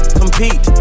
compete